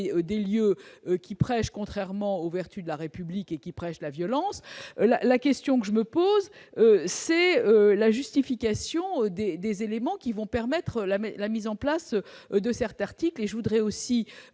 des lieux qui prêche contrairement aux vertus de la République et qui prêchent la violence, la question que je me pose, c'est la justification des des éléments qui vont permettre la mais la mise en place de certains articles